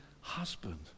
husband